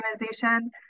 organization